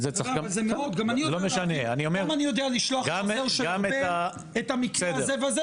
גם אני יודע לשלוח להם את המקרה הזה ואחרים,